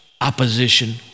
opposition